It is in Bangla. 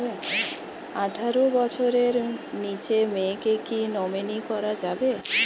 আঠারো বছরের নিচে মেয়েকে কী নমিনি করা যাবে?